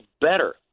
better